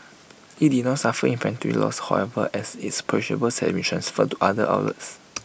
IT did not suffer inventory losses however as its perishables had been transferred to other outlets